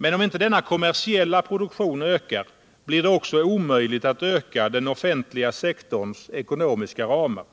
Men om inte denna kommersiella produktion ökar blir det också omöjligt att öka den offentliga sektorns ekonomiska ramar.